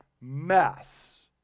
mess